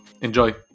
Enjoy